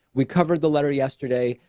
we covered the letter yesterday.